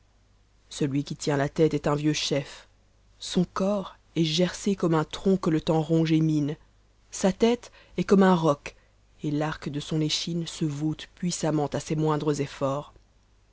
celui qui tient la tête est un vieux chef son corps est kercé comme an tronc que le temps ronge etmine sa tête est comme un roc et l'arc de son ecmne se vote puissamment à ses moindres ebforts